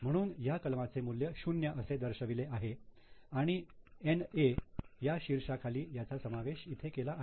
म्हणून या कलमाचे मूल्य 0 असे दर्शविले आहे आणि NA या शीर्षाखाली याचा समावेश इथे केला आहे